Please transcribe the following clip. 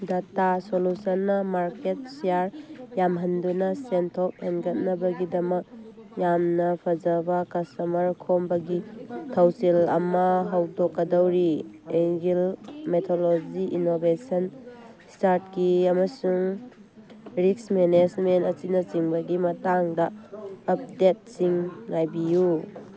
data ꯁꯣꯂꯨꯁꯟꯅ market share ꯌꯥꯝꯍꯟꯗꯨꯅ ꯁꯦꯟꯊꯣꯛ ꯍꯦꯟꯒꯠꯅꯕꯒꯤꯗꯃꯛ ꯌꯥꯝꯅ ꯐꯖꯕ ꯀꯁꯇꯃꯔ ꯈꯣꯝꯕꯒꯤ ꯊꯧꯁꯤꯜ ꯑꯃ ꯍꯧꯗꯣꯛꯀꯗꯧꯔꯤ ꯑꯦꯡꯒꯤꯜ ꯃꯦꯊꯣꯂꯣꯖꯤ ꯏꯅꯣꯚꯦꯁꯟ ꯏꯁꯀꯥꯔꯠꯀꯤ ꯑꯃꯁꯨꯡ ꯔꯤꯛꯁ ꯃꯦꯅꯦꯁꯃꯦꯟ ꯑꯁꯤꯅꯆꯤꯡꯕꯒꯤ ꯃꯇꯥꯡꯗ ꯑꯞꯗꯦꯠꯁꯤꯡ ꯉꯥꯏꯕꯤꯌꯨ